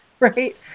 right